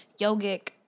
yogic